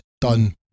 done